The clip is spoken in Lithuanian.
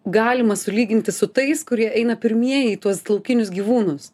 galima sulyginti su tais kurie eina pirmieji tuos laukinius gyvūnus